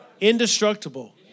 indestructible